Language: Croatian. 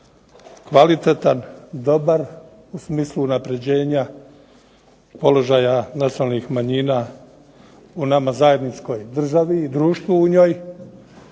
kvalitetan, dobar u smislu unapređenja položaja nacionalnih manjina u nama zajedničkoj državi i društvu u njoj.